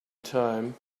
time